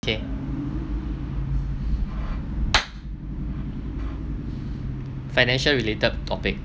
K financial related topic